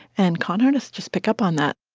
and con artists just pick up on that.